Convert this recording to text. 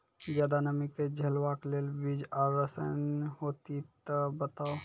ज्यादा नमी के झेलवाक लेल बीज आर रसायन होति तऽ बताऊ?